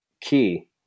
key